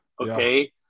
Okay